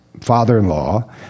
father-in-law